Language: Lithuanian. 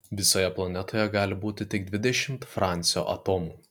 visoje planetoje gali būti tik dvidešimt francio atomų